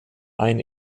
ein